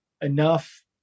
enough